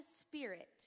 Spirit